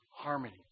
Harmony